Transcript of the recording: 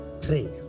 three